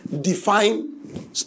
define